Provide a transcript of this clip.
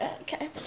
Okay